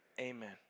amen